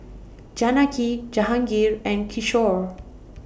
Janaki Jahangir and Kishore